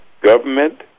government